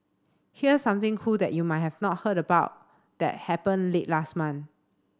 here something cool that you might have not heard about that happened late last month